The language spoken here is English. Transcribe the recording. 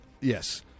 Yes